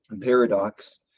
paradox